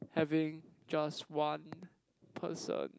having just one person